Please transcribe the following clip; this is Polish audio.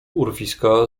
urwiska